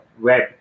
.web